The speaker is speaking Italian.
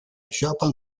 japan